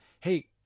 hey